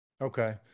okay